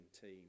team